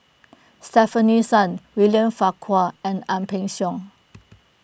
Stefanie Sun William Farquhar and Ang Peng Siong